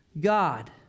God